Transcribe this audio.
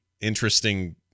interesting